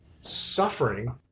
suffering